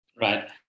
Right